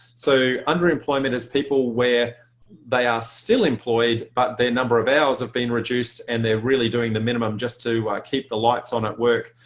so underemployment is people where they are still employed but their number of hours have been reduced and they're really doing the minimum just to keep the lights on at work.